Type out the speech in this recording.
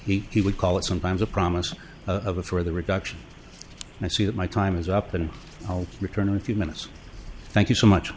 he he would call it sometimes a promise of a further reduction and i see that my time is up and i'll return in a few minutes thank you so much